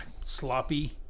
sloppy